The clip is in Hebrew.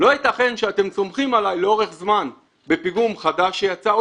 לא יתכן שאתם סומכים עלי לאורך זמן בפיגום חדש שיצא.